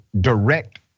direct